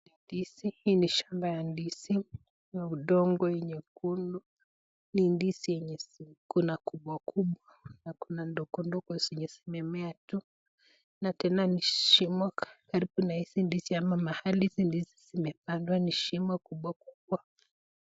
Ndizi, hii ni shamba ya ndizi, ya udongo nyekundu, ni ndizi yenye iko kubwa kubwa, na kuna ndogo ndogo zenye zimemea tu, na tena ni shimo karibu na hizi ndizi ama mahali hizi ndizi zimepandwa ni shimo kubwa kubwa.